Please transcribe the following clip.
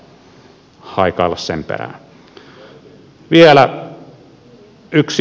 vielä yksi asia